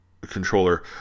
controller